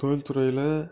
தொழில்துறையில்